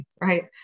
right